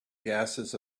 gases